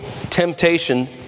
temptation